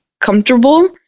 comfortable